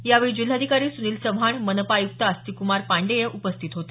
यावेळी जिल्हाधिकारी सुनील चव्हाण मनपा आयुक्त आस्तिक कुमार पांडेय उपस्थित होते